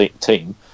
team